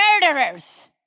murderers